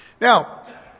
Now